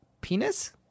Penis